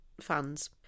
fans